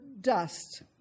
dust